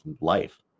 life